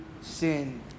sin